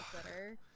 Twitter